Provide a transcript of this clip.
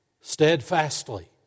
Steadfastly